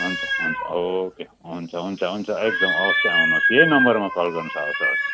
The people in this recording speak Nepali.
हुन्छ हुन्छ ओके हुन्छ हुन्छ हुन्छ एकदम अवश्य आउनुहोस् यही नम्बरमा कल गर्नुहोस् हवस् हवस्